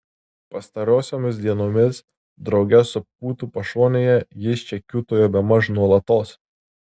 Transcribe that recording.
pastarosiomis dienomis drauge su pūtu pašonėje jis čia kiūtojo bemaž nuolatos